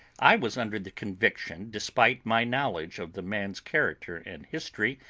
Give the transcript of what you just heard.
i was under the conviction, despite my knowledge of the man's character and history,